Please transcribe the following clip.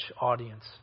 audience